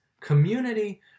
community